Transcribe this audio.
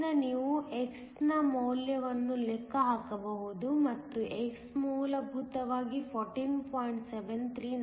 ಆದ್ದರಿಂದ ನೀವು x ನ ಮೌಲ್ಯವನ್ನು ಲೆಕ್ಕ ಹಾಕಬಹುದು ಮತ್ತು x ಮೂಲಭೂತವಾಗಿ 14